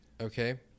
Okay